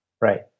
Right